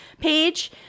page